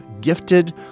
gifted